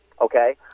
okay